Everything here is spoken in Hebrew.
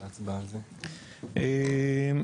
אה,